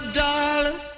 darling